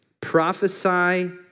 prophesy